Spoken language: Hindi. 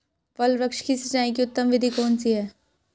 फल वृक्ष की सिंचाई की उत्तम विधि कौन सी है?